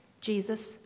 Jesus